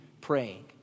praying